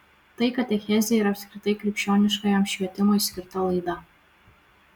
tai katechezei ir apskritai krikščioniškajam švietimui skirta laida